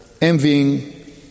envying